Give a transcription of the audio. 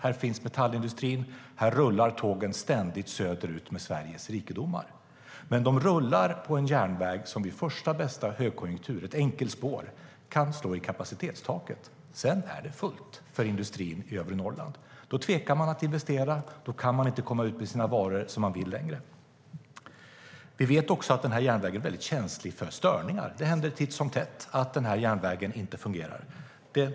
Här finns metallindustrin. Här rullar tågen ständigt söderut med Sveriges rikedomar. Men de rullar på en enkelspårig järnväg som vid första bästa högkonjunktur kan slå i kapacitetstaket. Sedan är det fullt för industrin i övre Norrland. Då tvekar man att investera. Då kan man inte komma ut med sina varor som man vill längre. Vi vet också att den här järnvägen är väldigt känslig för störningar. Det händer titt som tätt att den inte fungerar.